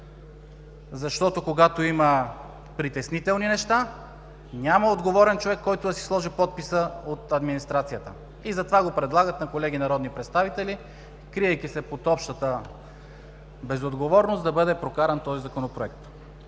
защото, когато има притеснителни неща, няма отговорен човек от администрацията, който да си сложи подписа, и затова го предлагат на колеги народни представители, криейки се под общата безотговорност, да бъде прокаран този Законопроект.